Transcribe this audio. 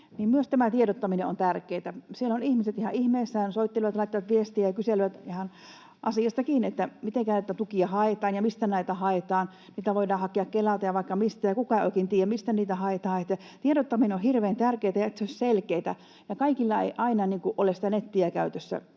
myös tämä tiedottaminen on tärkeätä. Siellä ovat ihmiset ihan ihmeissään, soittelevat, laittavat viestiä ja kyselevät ihan asiastakin, että mitenkä näitä tukia haetaan ja mistä näitä haetaan. Niitä voidaan hakea Kelalta ja vaikka mistä, ja kukaan ei oikein tiedä, mistä niitä haetaan. Tiedottaminen on hirveän tärkeätä ja se, että se olisi selkeätä. Ja kaikilla ei aina ole nettiä käytössä,